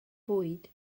bwyd